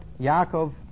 Yaakov